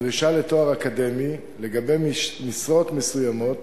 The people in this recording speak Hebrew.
הדרישה לתואר אקדמי לגבי משרות מסוימות